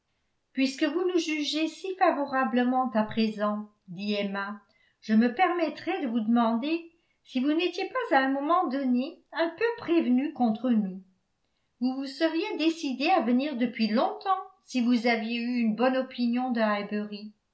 puisque vous nous jugez si favorablement à présent dit emma je me permettrai de vous demander si vous n'étiez pas à un moment donné un peu prévenu contre nous vous vous seriez décidé à venir depuis longtemps si vous aviez eu une bonne opinion de